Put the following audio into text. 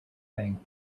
thing